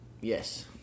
yes